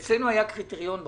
אצלנו היה קריטריון בחוק.